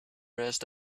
rest